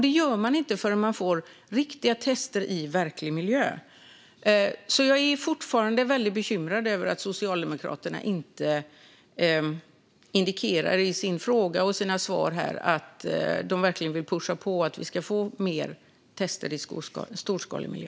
Detta går inte att svara på förrän riktiga tester i en verklig miljö görs. Jag är därför fortfarande mycket bekymrad över att Socialdemokraterna i sina frågor och svar här inte indikerar att de verkligen vill pusha på att vi ska få fler tester i en storskalig miljö.